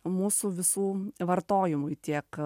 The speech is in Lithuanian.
mūsų visų vartojimui tiek